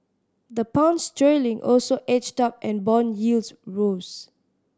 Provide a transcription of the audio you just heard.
the Pound sterling also edged up and bond yields rose